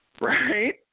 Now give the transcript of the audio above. Right